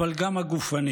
אבל גם הגופנית.